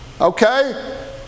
Okay